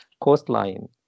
coastline